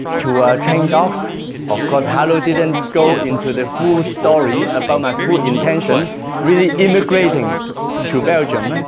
to train dogs of course haruo didn't go into the full story about my full intention really immigrating to belgium